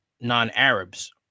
non-Arabs